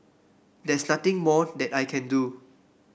there's nothing more that I can do